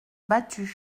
battues